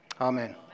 amen